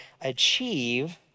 achieve